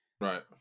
Right